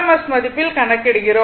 S மதிப்பில் கணக்கிடுகிறோம்